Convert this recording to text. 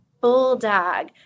bulldog